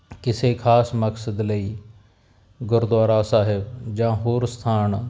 ਕਿਸੇ ਖਾਸ ਮਕਸਦ ਲਈ ਗੁਰਦੁਆਰਾ ਸਾਹਿਬ ਜਾਂ ਹੋਰ ਸਥਾਨ